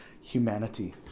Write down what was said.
humanity